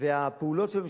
אבל אני מניח שזה לא סוד,